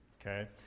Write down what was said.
Okay